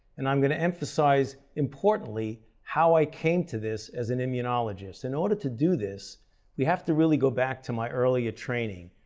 and i'm going to emphasize, importantly, how i came to this as an immunologist. in order to do this we have to really go back to my earlier training.